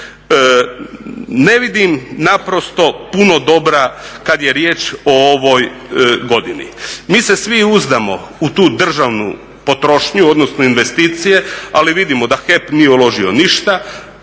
Ne vidim naprosto puno dobra kad je riječ o ovoj godini. Mi se svi uzdamo u tu državnu potrošnju, odnosno investicije ali vidimo da HEP nije uložio ništa,